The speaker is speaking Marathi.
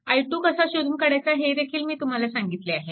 i2 कसा शोधून काढायचा हेदेखील मी तुम्हाला सांगितले आहे